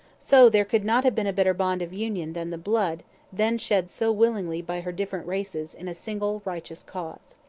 so there could not have been a better bond of union than the blood then shed so willingly by her different races in a single righteous cause.